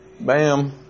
Bam